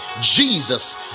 Jesus